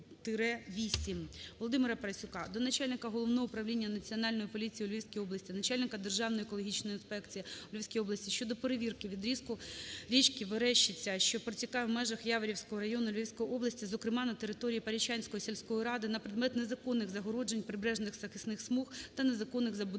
ВолодимираПарасюка до Начальника Головного управління Національної поліції у Львівській області, начальника Державної екологічної інспекції у Львівській області щодо перевірки відрізку річки Верещиця, що протікає в межах Яворівського району Львівської області, зокрема на території Порічанської сільської ради, на предмет незаконних загороджень прибережних захисних смуг та незаконних забудов в